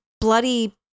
bloody